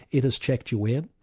it has checked you in,